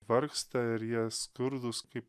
vargsta ir jie skurdūs kaip